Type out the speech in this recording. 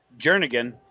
Jernigan